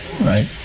Right